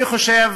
אני חושב